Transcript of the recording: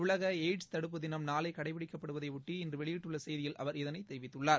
உலக எய்ட்ஸ் தடுப்பு தினம் நாளை கடைபிடிக்கப்படுவதையொட்டி இன்று வெளியிட்டுள்ள செய்தியில் அவர் இதனை தெரிவித்துள்ளார்